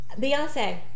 Beyonce